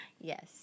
Yes